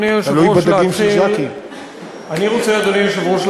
אדוני היושב-ראש,